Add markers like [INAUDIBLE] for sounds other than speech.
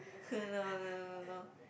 [NOISE] no no no no no